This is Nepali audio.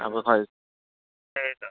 अब खै त्यही त